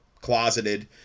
closeted